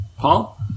Paul